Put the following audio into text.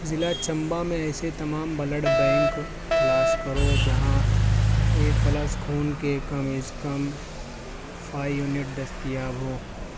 ضلع چمبا میں ایسے تمام بلڈ بینک تلاش کرو جہاں اے پلس خون کے کم از کم فائیو یونٹ دستیاب ہو